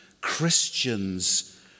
Christians